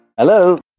Hello